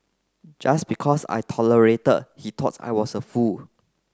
just because I tolerated he thought I was a fool